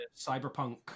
cyberpunk